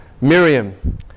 miriam